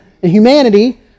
humanity